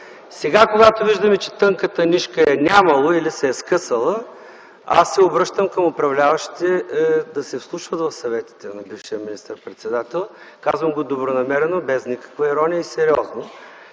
Сега, когато виждаме че тънката нишка я е нямало или се е скъсала, аз се обръщам към управляващите да се вслушват в съветите на бившия министър-председател. Казвам го добронамерено, без никаква ирония и сериозно,